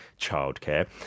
childcare